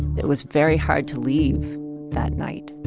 it was very hard to leave that night.